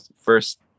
first